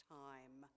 time